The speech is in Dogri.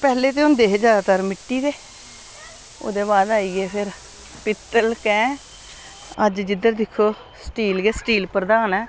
पैह्ले ते होंदे हे ज्यादातर मिट्टी दे ओह्दे बाद आई गे फिर पित्तल कैंह् अज्ज जिद्धर दिक्खो स्टील गै स्टील प्रधान ऐ